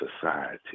society